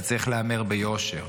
זה צריך להיאמר ביושר.